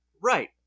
Right